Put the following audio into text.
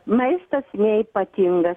maistas ne ypatingas